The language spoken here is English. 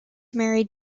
married